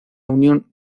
unión